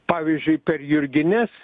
pavyzdžiui per jurgines